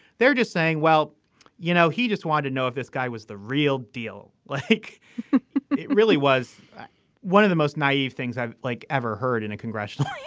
they're just saying well you know he just want to know if this guy was the real deal. like it really was one of the most naive things i've like ever heard in a congressional